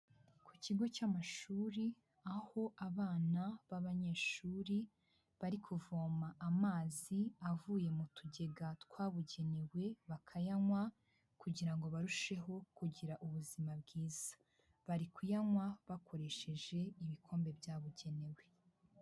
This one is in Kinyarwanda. Ku kigo cy'amashuri aho abana b'abanyeshuri bari kuvoma amazi avuye mu tugega twabugenewe bakayanywa, kugira ngo barusheho kugira ubuzima bwiza, bari kuyanywa bakoresheje ibikombe byabugenewe.